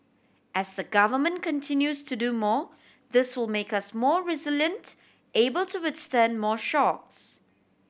as the Government continues to do more this will make us more resilient able to withstand more shocks